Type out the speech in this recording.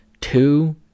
two